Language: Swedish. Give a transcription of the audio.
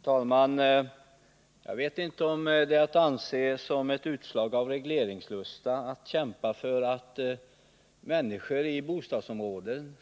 Herr talman! Jag vet inte om det är att anse som ett utslag av regleringslusta att kämpa för att människor